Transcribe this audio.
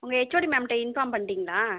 உங்கள் ஹெச்ஓடி மேம்ட்ட இன்ஃபார்ம் பண்ணிட்டிங்களா